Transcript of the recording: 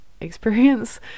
experience